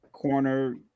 Corner